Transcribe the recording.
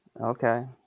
Okay